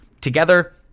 Together